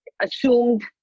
assumed